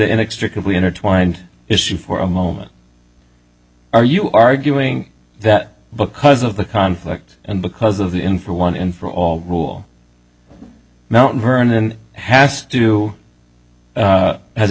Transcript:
inextricably intertwined issue for a moment are you arguing that because of the conflict and because of the inn for one and for all rule mt vernon has to do has a